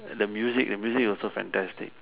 the music the music also fantastic